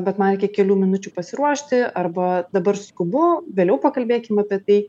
bet man reikia kelių minučių pasiruošti arba dabar skubu vėliau pakalbėkim apie tai